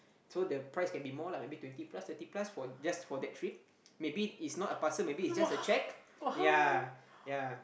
so the price can be more lah maybe twenty plus thirty plus for just just for the trip maybe it's not a parcel maybe it's just a cheque yea